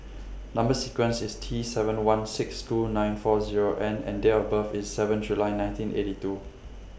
Number sequence IS T seven one six two nine four Zero N and Date of birth IS seven July nineteen eighty two